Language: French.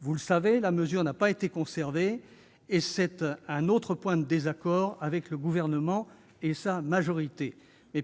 Vous le savez, la mesure n'a pas été conservée ; il y a là un autre point de désaccord avec le Gouvernement et sa majorité.